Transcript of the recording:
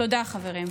תודה, חברים.